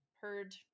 heard